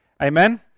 Amen